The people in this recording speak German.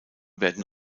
werden